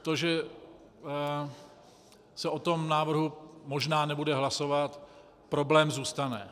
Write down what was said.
To že se o tom návrhu možná nebude hlasovat problém zůstane.